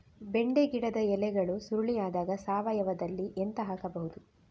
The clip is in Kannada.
ಬೆಂಡೆ ಗಿಡದ ಎಲೆಗಳು ಸುರುಳಿ ಆದಾಗ ಸಾವಯವದಲ್ಲಿ ಎಂತ ಹಾಕಬಹುದು?